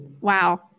wow